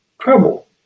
trouble